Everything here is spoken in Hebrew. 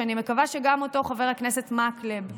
שאני מקווה שגם אותו חבר הכנסת מקלב יקדם,